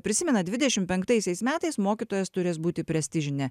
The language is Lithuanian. prisimenat dvidešim penktaisiais metais mokytojas turės būti prestižinė